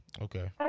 Okay